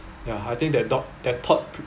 ya I think that dog that thought